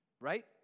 right